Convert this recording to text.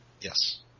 Yes